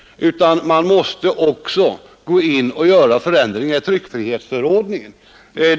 utan man måste också gå in och göra förändringar i tryckfriherstörordningen.